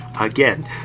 again